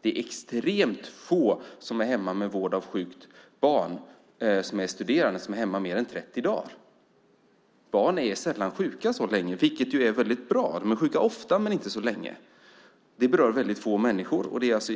Det är extremt få studerande som i mer än 30 dagar är hemma för vård av sjukt barn. Barn är sällan sjuka så länge, vilket är väldigt bra. Barn är sjuka ofta men inte så länge. Väldigt få människor berörs alltså.